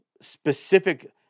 specific